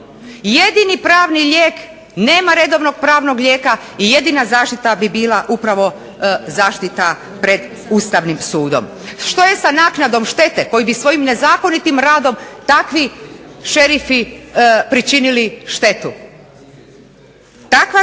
Jedini pravni lijek nema redovnog pravnog lijeka i jedina zaštita bi bila upravo zaštita pred Ustavnim sudom. Što je sa naknadom štete koju bi svojim nezakonitim radom takvi šerifi pričinili štetu? Takva jedna